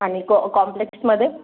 आणि कॉम्प्लेक्समध्ये